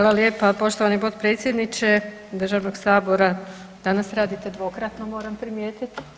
Hvala lijepa poštovani potpredsjedniče državnog sabora, danas radite dvokratno moram primijetit.